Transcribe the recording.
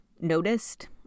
noticed